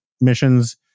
missions